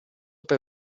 per